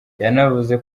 yanavuze